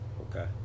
Okay